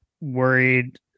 worried